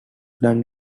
done